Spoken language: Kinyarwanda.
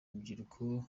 urubyiruko